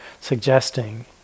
suggesting